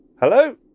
Hello